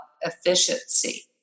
efficiency